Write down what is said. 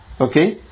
Okay